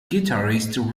guitarist